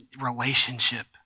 relationship